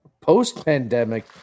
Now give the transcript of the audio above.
post-pandemic